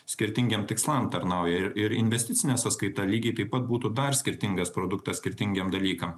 skirtingiem tikslam tarnauja ir investicinė sąskaita lygiai taip pat būtų dar skirtingas produktas skirtingiem dalykam